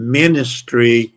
ministry